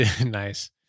nice